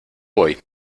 voy